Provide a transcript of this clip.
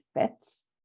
fits